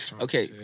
Okay